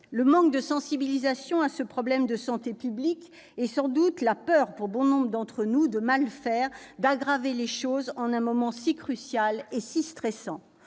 le manque de sensibilisation à ce problème de santé publique et sans doute la peur, pour bon nombre d'entre nous, de mal faire, d'aggraver les choses en un moment si crucial et stressant.